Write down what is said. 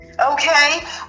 Okay